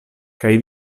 kaj